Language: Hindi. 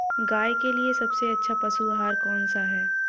गाय के लिए सबसे अच्छा पशु आहार कौन सा है?